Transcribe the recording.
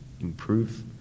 improve